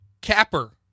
capper